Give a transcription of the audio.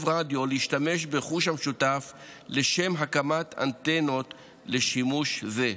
רדיו להשתמש ברכוש המשותף לשם הקמת אנטנות לשימוש זה,